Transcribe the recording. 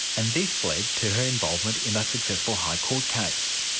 and this led to her involvement in a successful high court case.